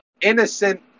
innocent